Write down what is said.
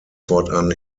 fortan